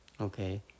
okay